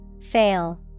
Fail